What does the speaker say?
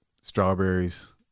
strawberries